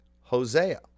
Hosea